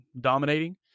dominating